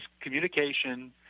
communication